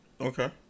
Okay